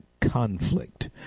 conflict